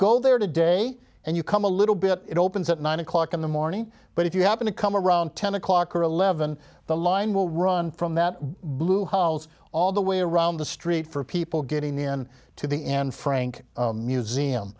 go there today and you come a little bit it opens at nine o'clock in the morning but if you happen to come around ten o'clock or eleven the line will run from that blue house all the way around the street for people getting in to the and frank museum